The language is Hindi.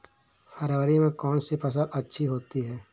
फरवरी में कौन सी फ़सल अच्छी होती है?